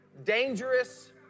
Dangerous